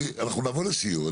אנחנו נבוא לסיור,